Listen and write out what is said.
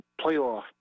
playoff